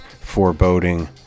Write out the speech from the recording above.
foreboding